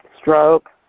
stroke